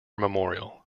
memorial